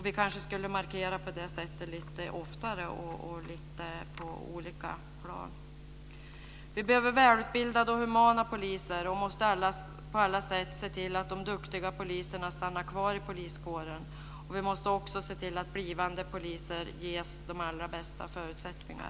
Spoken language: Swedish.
Vi kanske skulle markera på det sättet lite oftare och på lite olika plan. Vi behöver välutbildade och humana poliser och måste på alla sätt se till att de duktiga poliserna stannar kvar i poliskåren. Vi måste också se till att blivande poliser ges de allra bästa förutsättningar.